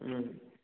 ꯎꯝ